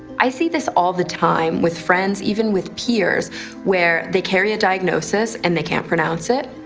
i see this all the time with friends-even with peers where they carry a diagnosis and they can't pronounce it.